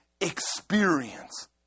experience